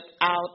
out